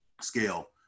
scale